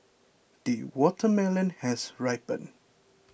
the watermelon has ripened